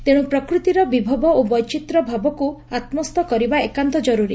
ତେଶୁ ପ୍ରକୃତିର ବିଭବ ଓ ବୈଚିତ୍ର୍ୟ ଭାବକୁ ଆତ୍ମସ୍ଥ କରିବା ଏକାନ୍ତ ଜରୁରି